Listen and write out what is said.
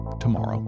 tomorrow